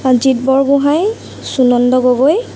Sanjeev Borgohain Sunanda Gogoi